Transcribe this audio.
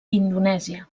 indonèsia